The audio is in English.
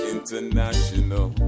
International